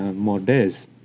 more days.